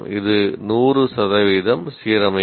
இது 100 சதவீதம் சீரமைப்பு